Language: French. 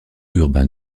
urbain